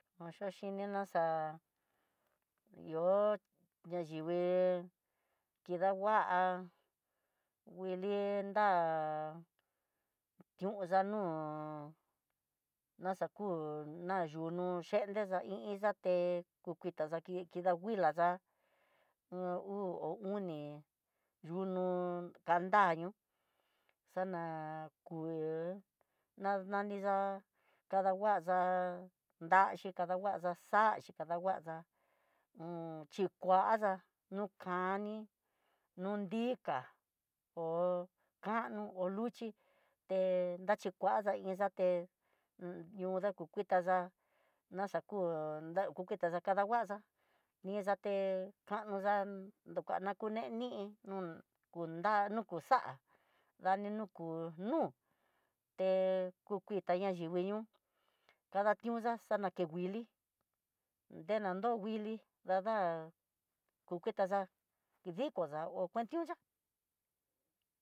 Nguaxhoxininá xa'á, ihó nayivii kidangua nguili nrá, tión xanúu naxaku nayunú chendé na xa iin xa té ku kuitá kida nguilá ndá u uu no oni, yunú kandanió xana kú na nanixa'á, kanguacha nraxhi kadanguaxa naxachi, xadahuaxa un chikuada no kani no nriká ho kano ho kuxhi te nraxhikuaxa ihá té ñoo xaku kuita da'á naku, kuketa ta kadanguaxa nixate kando dan dukana kuné nii un kundano ko xa'á dani no ku nuú, hé ku kuitá nayivii ñoo kanatonxa xanaké nguili té nandó nguili, dada kuketa xa'á kidiko xa ho kuandioxhá.